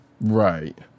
right